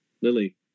Lily